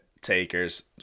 takers